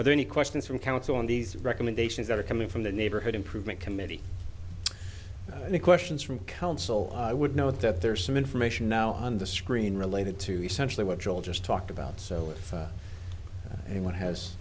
are there any questions from council on these recommendations that are coming from the neighborhood improvement committee the questions from counsel i would note that there is some information now on the screen related to essentially what joel just talked about so if anyone has